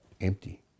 empty